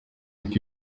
uko